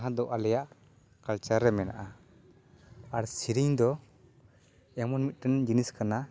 ᱡᱟᱦᱟᱸ ᱫᱚ ᱟᱞᱮᱭᱟᱜ ᱠᱟᱞᱪᱟᱨ ᱨᱮ ᱢᱮᱱᱟᱜᱼᱟ ᱟᱨ ᱥᱮᱨᱮᱧ ᱫᱚ ᱮᱢᱚᱱ ᱢᱤᱫᱴᱟᱝ ᱡᱤᱱᱤᱥ ᱠᱟᱱᱟ